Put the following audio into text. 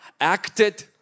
acted